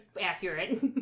Accurate